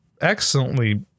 excellently